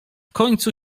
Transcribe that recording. końcu